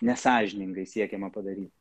nesąžiningai siekiama padary